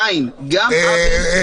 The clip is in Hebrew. גם עוול וגם איוולת.